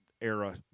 era